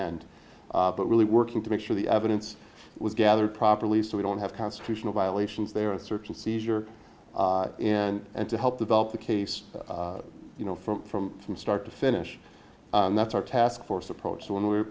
end but really working to make sure the evidence was gathered properly so we don't have constitutional violations there and search and seizure and and to help develop the case you know from from from start to finish and that's our task force approach so when we